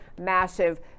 massive